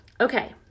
Okay